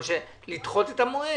אבל לדחות את המועד.